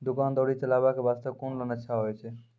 दुकान दौरी चलाबे के बास्ते कुन लोन अच्छा होय छै?